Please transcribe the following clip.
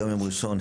היום יום ראשון,